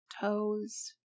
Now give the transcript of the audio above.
toes